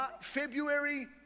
February